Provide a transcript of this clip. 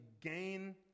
gain